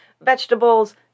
vegetables